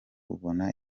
ubona